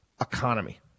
economy